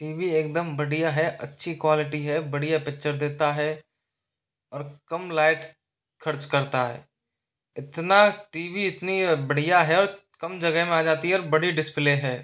T V एकदम बढ़िया है अच्छी क्वालिटी है बढ़िया पिक्चर देता है और कम लाइट खर्च करता है इतना टी वी इतनी बढ़िया है और कम जगह में आ जाती है और बड़ी डिस्प्ले है